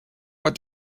but